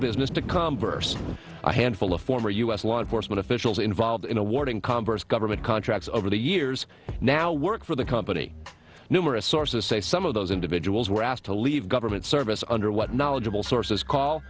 business to come bursting a handful of former u s law enforcement officials involved in awarding congress government contracts over the years now work for the company numerous sources say some of those individuals were asked to leave government service under what knowledgeable sources call